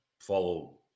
follow